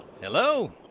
Hello